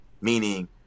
meaning